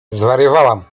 zwariowałam